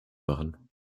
machen